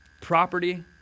property